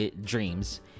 Dreams